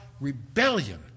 rebellion